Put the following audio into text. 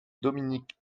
dominique